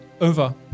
Over